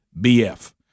B-F